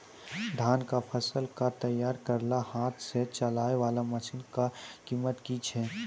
धान कऽ फसल कऽ तैयारी करेला हाथ सऽ चलाय वाला मसीन कऽ कीमत की छै?